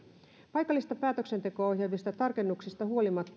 paikallista päätöksentekoa ohjaavista tarkennuksista huolimatta